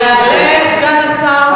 יעלה סגן השר,